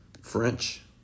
French